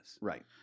Right